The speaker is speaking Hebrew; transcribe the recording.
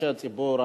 אנשי הציבור,